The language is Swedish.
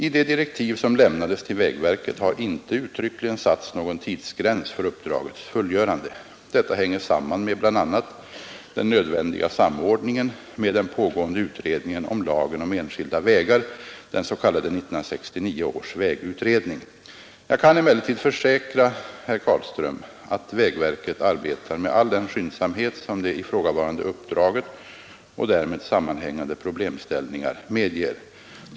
I de direktiv som lämnades till vägverket har inte uttryckligen satts någon tidsgräns för uppdragets fullgörande. Detta hänger samman med bl.a. den nödvändiga samordningen med den pågående utredningen om lagen om enskilda vägar, den s.k. 1969 års vägutredning. Jag kan emellertid försäkra herr Carlström, att vägverket arbetar med all den skyndsamhet som det ifrågavarande uppdraget och därmed sammanhängande problemställningar medger.